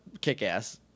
kick-ass